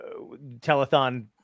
telethon